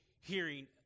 hearing